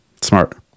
Smart